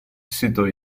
sito